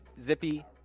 Zippy